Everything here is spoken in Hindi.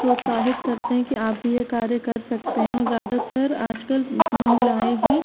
प्रोत्साहित करते हैं कि आप भी यह कार्य कर सकती हैं और ज़्यादातर आज कल महिलाऍं ही